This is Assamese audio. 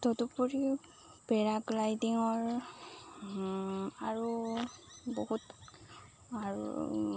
তদুপৰিও পেৰাগ্লাইডিঙৰ আৰু বহুত আৰু